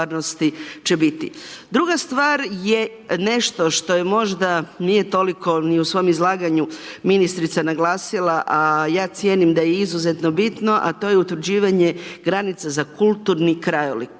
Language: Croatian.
Druga stvar je nešto što je možda, nije toliko ni u svom izlaganju ministrica naglasila, a ja cijenim da je izuzetno bitno, a to je utvrđivanje granica za kulturni krajolik.